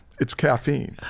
it's caffeine.